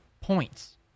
points